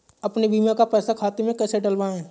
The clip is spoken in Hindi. अपने बीमा का पैसा खाते में कैसे डलवाए?